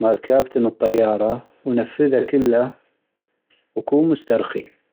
مال كابتن الطيارة ونفذه كله وكون مسترخي.